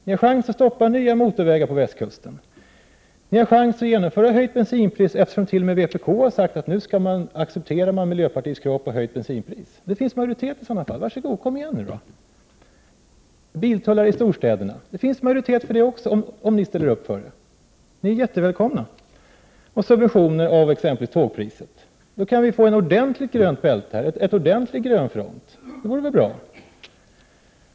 Ni har chansen att stoppa nya motorvägar på västkusten. Ni har chansen att genomföra höjt bensinpris, eftersom t.o.m. vpk har sagt att man nu accepterar miljöpartiets krav på höjt bensinpris. Det finns majoritet i sådana fall. Varsågod! Kom igen nu! Det finns majoritet för biltullar i storstäderna också, om ni ställer upp för det, liksom för subventioner av t.ex. priset på tågbiljetter. Ni är jättevälkomna. Då kan vi få ett ordentligt grönt bälte, en ordentlig grön front. Det vore väl bra.